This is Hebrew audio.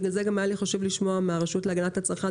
בגלל זה גם היה לי חשוב לשמוע מהרשות להגנת הצרכן